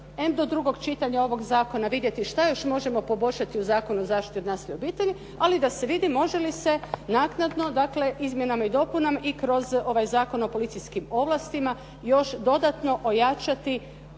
do drugog čitanja ovog zakona vidjeti što još možemo poboljšati u Zakonu o zaštiti od nasilja u obitelji, ali da se vidi može li se naknadno dakle, izmjenama i dopunama i kroz ovaj Zakon o policijskim ovlastima još dodatno ojačati